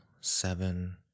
seven